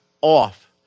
off